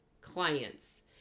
clients